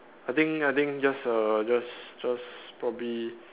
I think I think just uh just just probably